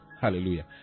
Hallelujah